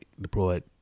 deployed